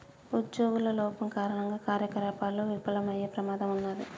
ఉజ్జోగుల లోపం కారణంగా కార్యకలాపాలు విఫలమయ్యే ప్రమాదం ఉన్నాది